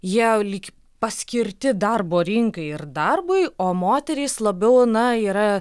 jie lyg paskirti darbo rinkai ir darbui o moterys labiau na yra